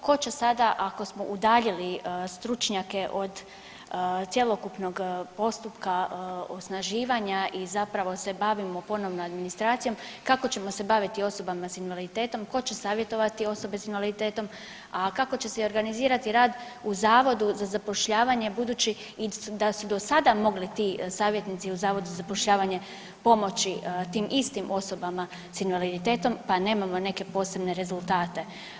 Tko će sada ako smo udaljili stručnjake od cjelokupnog postupka osnaživanja i zapravo se bavimo ponovno administracijom kako ćemo se baviti osobama s invaliditetom, tko će savjetovati osobe s invaliditetom, a kako će se i organizirati rad u Zavodu za zapošljavanje budući da su do sada mogli ti savjetnici u Zavodu za zapošljavanje pomoći tim istim osobama s invaliditetom, pa nemamo neke posebne rezultate.